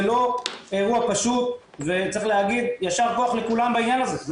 זה לא אירוע פשוט וצריך להגיד יישר כח לכולם בעניין הזה.